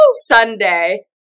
Sunday